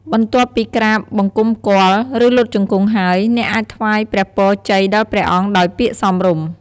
បន្ទាប់ពីក្រាបបង្គំគាល់ ឬលុតជង្គង់ហើយ អ្នកអាចថ្វាយព្រះពរជ័យដល់ព្រះអង្គដោយពាក្យសមរម្យ។